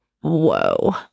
whoa